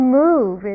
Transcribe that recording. move